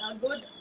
good